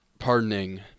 Pardoning